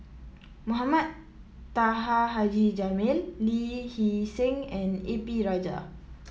Mohamed Taha Haji Jamil Lee Hee Seng and A P Rajah